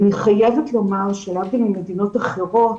אני חייבת לומר שלהבדיל ממדינות אחרות,